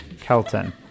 Kelton